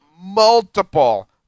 multiple